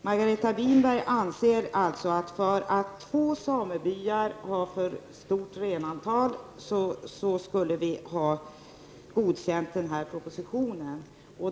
Margareta Winberg anser alltså att vi, därför att två samebyar har för stort renantal, skulle ha godkänt propositionen.